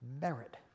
merit